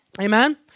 Amen